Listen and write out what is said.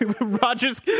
roger's